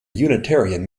unitarian